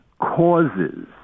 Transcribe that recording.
Causes